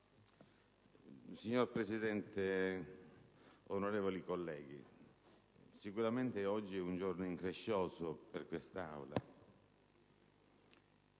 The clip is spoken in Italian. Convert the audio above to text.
Signor Presidente, onorevoli colleghi, oggi è sicuramente un giorno increscioso per quest'Aula.